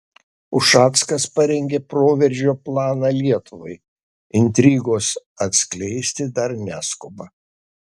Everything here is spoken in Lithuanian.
ušackas parengė proveržio planą lietuvai intrigos atskleisti dar neskuba